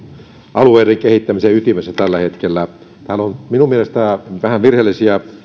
alueiden kehittämisen ytimessä tällä hetkellä täällä on minun mielestäni vähän virheellisiä